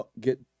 get